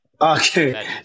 Okay